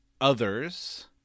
others